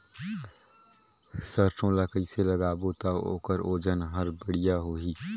सरसो ला कइसे लगाबो ता ओकर ओजन हर बेडिया होही?